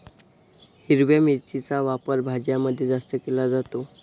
हिरव्या मिरचीचा वापर भाज्यांमध्ये जास्त केला जातो